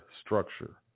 structure